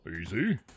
easy